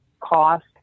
cost